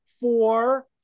four